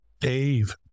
Dave